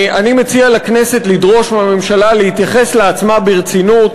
אני מציע לכנסת לדרוש מהממשלה להתייחס לעצמה ברצינות,